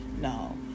No